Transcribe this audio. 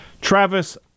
Travis